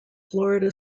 florida